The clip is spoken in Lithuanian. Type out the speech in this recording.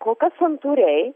kol kas santūriai